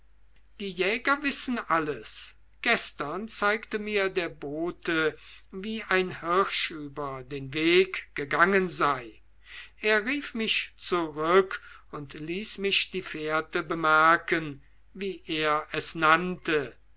die jäger wissen alles gestern zeigte mir der bote wie ein hirsch über den weg gegangen sei er rief mich zurück und ließ mich die fährte bemerken wie er es nannte